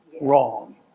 wrong